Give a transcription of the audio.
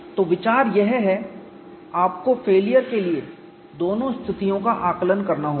तो विचार यह है आपको फेलियर के लिए दोनों स्थितियों का आकलन करना होगा